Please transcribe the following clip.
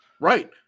Right